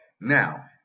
Now